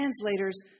translators